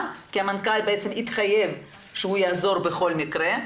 כי המנכ"ל התחייב שהוא יעזור בכל מקרה.